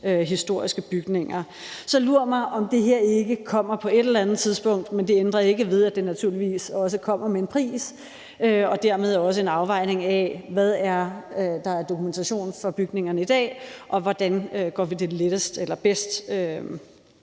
historiske bygninger. Så lur mig, om det her ikke kommer på et eller andet tidspunkt. Men det ændrer ikke ved, at det naturligvis også kommer med en pris og dermed også en afvejning af: Hvad er der af dokumentation for bygningerne i dag, og hvordan går vi bedst frem i den